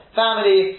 family